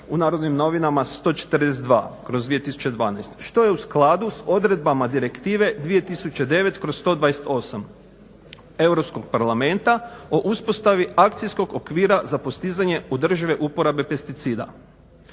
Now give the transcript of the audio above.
u Narodnim novinama 142/2012 što je u skladu sa odredbama Direktive 2009/128 Europskog parlamenta o uspostavi akcijskog okvira za postizanje održive uporabe pesticida.